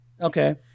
Okay